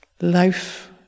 life